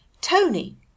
Tony